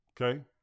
Okay